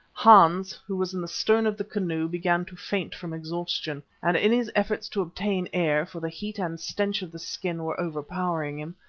hans, who was in the stern of the canoe, began to faint from exhaustion, and in his efforts to obtain air, for the heat and stench of the skin were overpowering him,